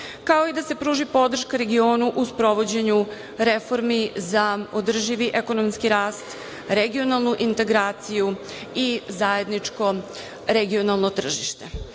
kao i da se pruži podrška regionu u sprovođenju reformi za održivi ekonomski rast, regionalnu integraciju i zajedničko regionalno tržište. Poseban